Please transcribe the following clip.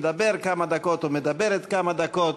מדבר כמה דקות או מדברת כמה דקות.